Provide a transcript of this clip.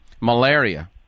malaria